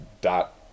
dot